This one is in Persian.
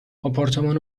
آپارتمان